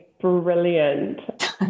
brilliant